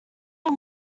are